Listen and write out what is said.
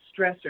stressors